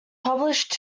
published